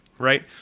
right